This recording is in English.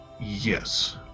Yes